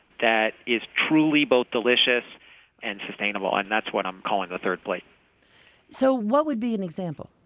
that is truly both delicious and sustainable. and that's what i'm calling the third plate so what would be an example?